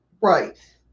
Right